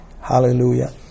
Hallelujah